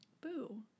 Boo